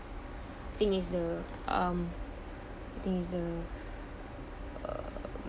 I think is the um I think is the uh